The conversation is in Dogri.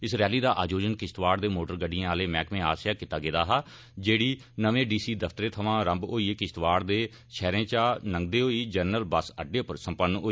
इस रैली दा आयोजन किश्तवाड़ दे मोटटर गडिडएं आहले मैहकमे आस्सैआ कीता गेदा हा जेड़ी नमें डी सी दफ्तरै थमां रम्म होइयै किश्तवाड़ दे शैहरे इच लगदे होई जरनल बस अडडै पर सम्पन्न होई